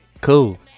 Cool